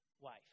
wife